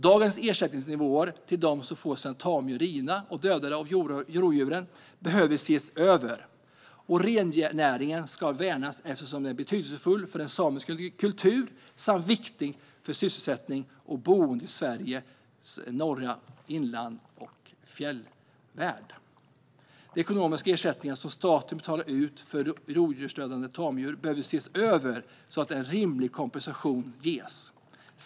Dagens ersättningsnivåer till dem som får sina tamdjur rivna och dödade av rovdjur behöver ses över. Rennäringen ska värnas. Den är en betydelsefull del av samisk kultur samt viktig för sysselsättning och boende i Sveriges norra inland och fjällvärld. De ekonomiska ersättningar som staten betalar ut för rovdjursdödade tamdjur behöver ses över så att rimlig kompensation ges.